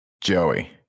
Joey